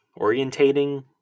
orientating